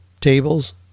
tables